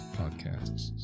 podcasts